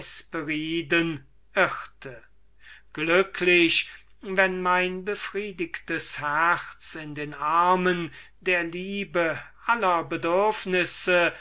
irrte glücklich wenn mein befriedigtes herz in den armen der liebe aller bedürfnisse